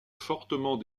fortement